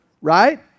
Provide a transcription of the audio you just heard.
right